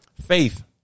faith